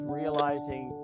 realizing